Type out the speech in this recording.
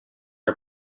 are